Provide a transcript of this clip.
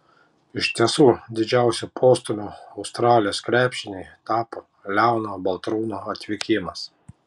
iš tiesų didžiausiu postūmiu australijos krepšiniui tapo leono baltrūno atvykimas